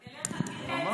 שלחתי לך, אליך, תראה את זה.